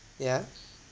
yeah